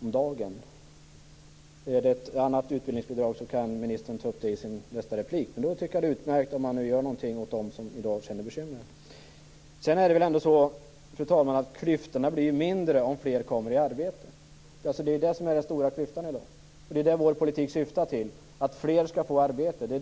om dagen. Är det ett annat utbildningsbidrag kan ministern ta upp det i sin nästa replik. Men jag tycker att det är utmärkt om man nu gör någonting åt dem som i dag känner bekymmer. Det är väl ändå så, fru talman, att klyftorna blir mindre om fler kommer i arbete. Det är det som är den stora klyftan i dag. Vår politik syftar till att fler skall få arbete.